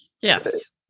Yes